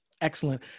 Excellent